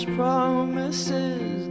promises